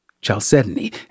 Chalcedony